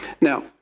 now